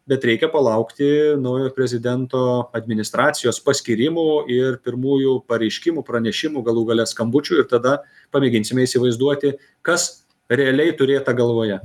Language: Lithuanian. bet reikia palaukti naujo prezidento administracijos paskyrimų ir pirmųjų pareiškimų pranešimų galų gale skambučių ir tada pamėginsime įsivaizduoti kas realiai turėta galvoje